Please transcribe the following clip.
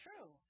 true